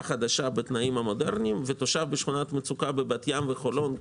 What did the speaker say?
חדשה בתנאים מודרניים ותושב בשכונת מצוקה בבת ים ובחולון,